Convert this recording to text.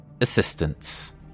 assistance